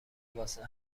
واسه